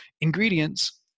ingredients